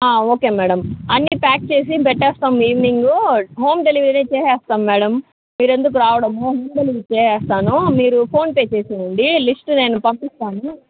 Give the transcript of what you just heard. okay madam అన్ని pack చేసి పెట్టెస్తాము ఈవినింగ్ హోమ్ డెలివరీ చేసేస్తాము మ్యాడం మీరు ఎందుకు రావడము హోమ్ డెలివరీ చేసేస్తాను మీరు ఫోన్ పే చేసెయ్యండి లిస్ట్ నేను పంపిస్తాను